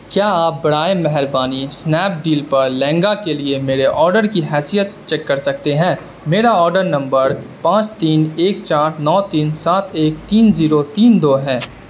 کیا آپ برائے مہربانی اسنیپ ڈیل پر لہنگا کے لیے میرے آڈر کی حیثیت چیک کر سکتے ہیں میرا آڈر نمبر پانچ تین ایک چار نو تین سات ایک تین زیرو تین دو ہے